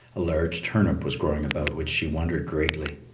a large turnip was growing about which she wondered greatly.